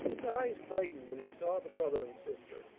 his eyes brightened when he saw the brother and sister,